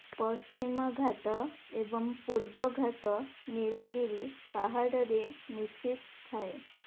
ପଶ୍ଚିମ ଘାଟ ଏବଂ ପୂର୍ବ ଘାଟ ନୀଳଗିରି ପାହାଡ଼ରେ ମିଶିଥାଏ